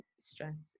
stress